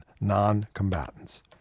non-combatants